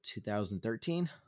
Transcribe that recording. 2013